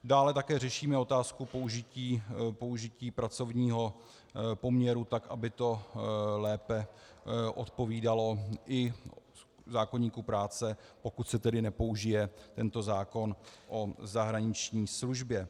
Dále také řešíme otázku použití pracovního poměru tak, aby to lépe odpovídalo i zákoníku práce, pokud se tedy nepoužije tento zákon o zahraniční službě.